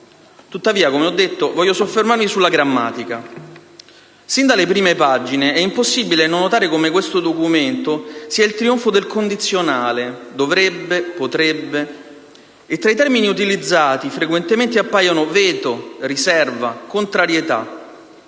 Tuttavia, come ho detto, voglio soffermarmi sulla grammatica. Sin dalle prime pagine è impossibile non notare come questo documento sia il trionfo del condizionale - si trova scritto: «dovrebbe», «potrebbe» - e tra quelli utilizzati frequentemente appaiono i termini «veto», «riserva», «contrarietà».